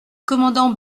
commandant